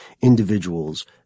individuals